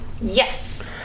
Yes